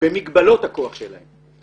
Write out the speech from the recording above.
על מגבלות הכוח שלהם,